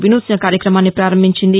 వినూత్న కార్యక్రమాన్ని పారంభించింది